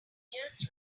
just